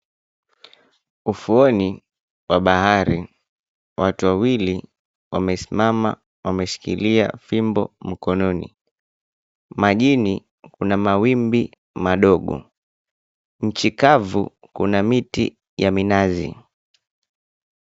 Ufuoni wa bahari watu wawili wamesimama wameshikilia fimbo mkononi. Majini kuna mawimbi madogo. Nchi kavu kuna miti ya minazi.